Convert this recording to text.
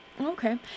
Okay